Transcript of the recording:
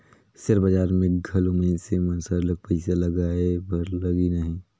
share बजार में घलो मइनसे मन सरलग पइसा लगाए बर लगिन अहें